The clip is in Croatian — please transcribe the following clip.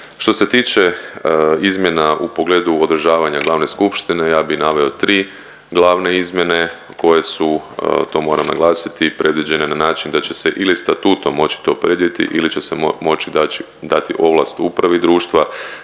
Što se tiče izmjena u pogledu održavanja glavne skupštine, ja bi naveo tri glavne izmjene koje su to moram naglasiti predviđene na način da će se ili statutom očito predvidjeti ili će se moći dati ovlast upravi društva